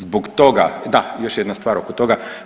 Zbog toga, da, još jedna stvar oko toga.